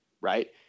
right